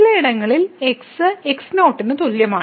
ചില ഇടവേളകളിൽ x x0 ന് തുല്യമാണ്